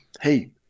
hey